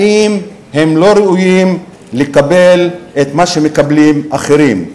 האם הם לא ראויים לקבל את מה שמקבלים אחרים?